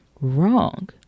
wrong